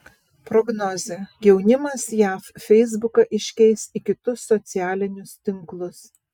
prognozė jaunimas jav feisbuką iškeis į kitus socialinius tinklus